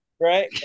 right